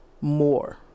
more